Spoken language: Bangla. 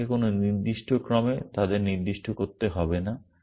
আপনাকে কোনো নির্দিষ্ট ক্রমে তাদের নির্দিষ্ট করতে হবে না